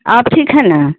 آپ ٹھیک ہے نا